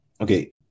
Okay